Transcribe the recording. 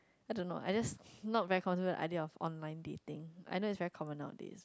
I don't know I just not very comfortable with the idea of online dating I know it's very common nowadays